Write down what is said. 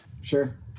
sure